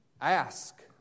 ask